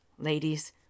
Ladies